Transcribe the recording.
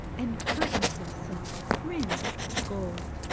and curtains of silk fringed with gold,